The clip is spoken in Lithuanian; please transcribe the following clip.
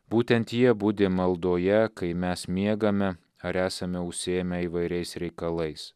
būtent jie budi maldoje kai mes miegame ar esame užsiėmę įvairiais reikalais